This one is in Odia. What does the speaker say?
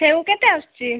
ସେଉ କେତେ ଆସୁଛି